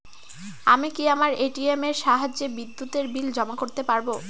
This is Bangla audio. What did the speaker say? আমি কি আমার এ.টি.এম এর সাহায্যে বিদ্যুতের বিল জমা করতে পারব?